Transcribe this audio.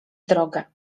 drogę